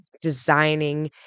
designing